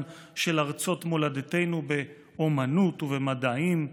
של ארצות מולדתנו באומנות ובמדעים,